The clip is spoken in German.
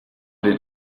den